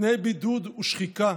בתנאי בידוד ושחיקה,